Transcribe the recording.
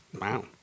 Wow